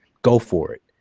go for it.